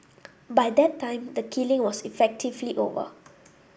by that time the killing was effectively over